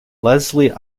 leslie